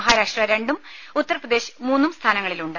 മഹാരാഷ്ട്ര രണ്ടും ഉത്തർപ്രദേശ് മൂന്നും സ്ഥാനങ്ങളിലുണ്ട്